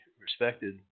respected